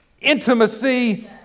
intimacy